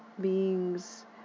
beings